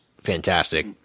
fantastic